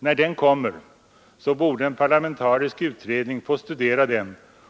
När den utredningens resultat lagts fram borde en parlamentarisk utredning få studera det